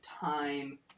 time